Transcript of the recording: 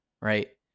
right